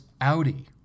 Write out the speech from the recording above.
Audi